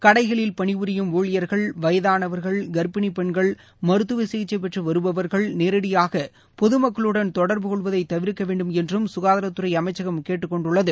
கடைகளில் பணிபுரியும் ஊழியர்கள் வயதானவர்கள் கர்ப்பிணி பெண்கள் மருத்துவ சிகிச்சை பெற்று வருபவர்கள் நேரடியாக பொதுமக்களுடன் தொடர்பு கொள்வதை தவிர்க்க வேண்டும் என்றம் சுகாதாரத்துறை அமைச்சகம் கேட்டுக் கொண்டுள்ளது